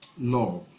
law